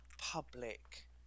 public